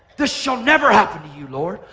this shall never happen to you, lord.